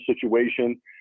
situation